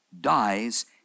dies